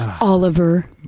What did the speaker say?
Oliver